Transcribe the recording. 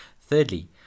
Thirdly